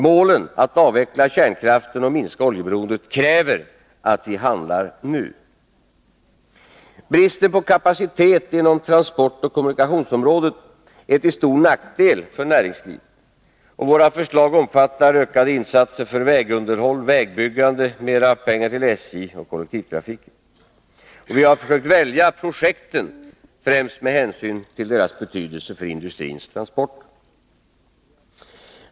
Målen att avveckla kärnkraften och minska oljeberoendet kräver att vi handlar nu. Bristen på kapacitet inom transportoch kommunikationssektorn är till stor nackdel för näringslivet, och våra förslag omfattar ökade insatser för vägunderhåll, vägbyggande, SJ samt kollektivtrafik. Vi har försökt välja projekten främst med hänsyn till deras betydelse för industrins transporter.